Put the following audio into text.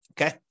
Okay